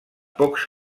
pocs